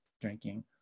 drinking